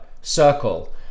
circle